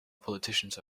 politicians